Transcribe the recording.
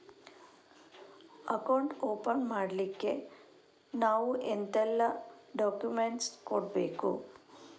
Account open ಮಾಡ್ಲಿಕ್ಕೆ ನಾವು ಎಂತೆಲ್ಲ ಡಾಕ್ಯುಮೆಂಟ್ಸ್ ಕೊಡ್ಬೇಕು?